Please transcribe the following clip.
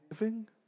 living